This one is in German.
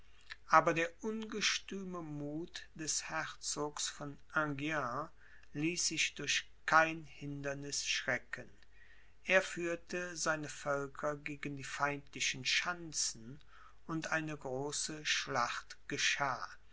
aber der ungestüme muth des herzogs von enghien ließ sich durch kein hinderniß schrecken er führte seine völker gegen die feindlichen schanzen und eine große schlacht geschah